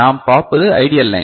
நாம் பார்ப்பது ideal line